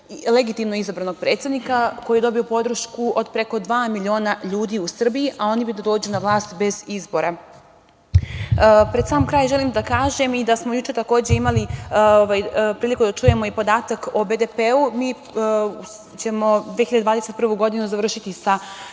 legitimno izabranog predsednika, koji je dobio podršku od preko dva miliona ljudi u Srbiji, dok bi oni da dođu na vlast bez izbora. Pred sam kraj želim da kažem da smo juče takođe imali priliku da čujemo i podatak o BDP. Mi ćemo 2021. godinu završiti sa